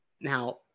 Now